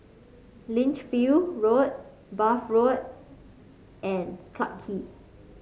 Lichfield Road Bath Road and Clarke Quay